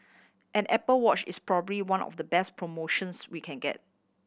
an Apple Watch is probably one of the best promotions we can get